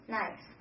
nice